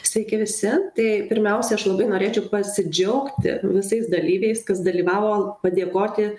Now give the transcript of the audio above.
sveiki visi tai pirmiausia aš labai norėčiau pasidžiaugti visais dalyviais kas dalyvavo padėkoti